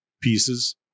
pieces